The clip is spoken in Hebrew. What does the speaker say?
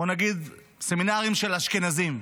בוא נגיד, של אשכנזים.